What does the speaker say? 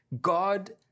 God